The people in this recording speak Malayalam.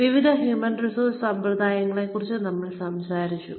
വിവിധ ഹ്യൂമൻ റിസോഴ്സ് സമ്പ്രദായങ്ങളെക്കുറിച്ച് നമ്മൾ സംസാരിച്ചു